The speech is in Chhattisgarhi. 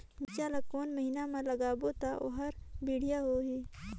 मिरचा ला कोन महीना मा लगाबो ता ओहार बेडिया होही?